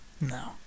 No